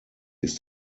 ist